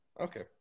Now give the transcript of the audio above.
Okay